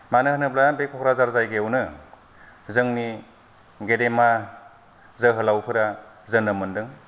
मानो होनोब्ला बे क'क्राझार जायगायावनो जोंनि गेदेमा जोहोलावफोरा जोनोम मोनदों